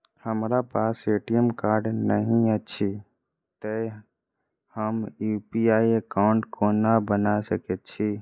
हमरा पास ATM card नहि अछि तए हम यु.पी.आई एकॉउन्ट कोना बना सकैत छी